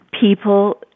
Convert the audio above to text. People